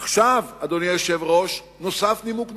עכשיו, אדוני היושב-ראש, נוסף נימוק נוסף,